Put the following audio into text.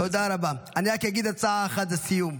אני רק אגיד הצעה אחת לסיום: